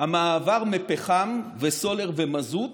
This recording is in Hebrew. המעבר מפחם וסולר ומזות